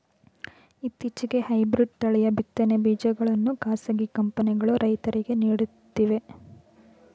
ಇತ್ತೀಚೆಗೆ ಹೈಬ್ರಿಡ್ ತಳಿಯ ಬಿತ್ತನೆ ಬೀಜಗಳನ್ನು ಖಾಸಗಿ ಕಂಪನಿಗಳು ರೈತರಿಗೆ ನೀಡುತ್ತಿವೆ